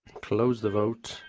close the vote.